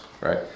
right